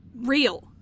real